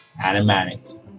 animatic